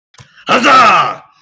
Huzzah